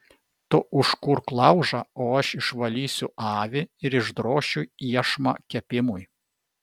tu užkurk laužą o aš išvalysiu avį ir išdrošiu iešmą kepimui